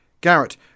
Garrett